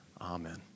Amen